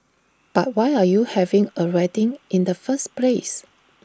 but why are you having A wedding in the first place